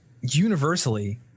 universally